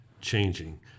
changing